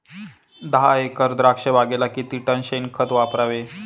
दहा एकर द्राक्षबागेला किती टन शेणखत वापरावे?